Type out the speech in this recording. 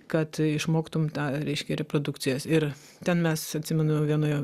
kad išmoktum tą reiškia reprodukcijas ir ten mes atsimenu vienoje